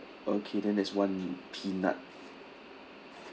okay then there's one peanut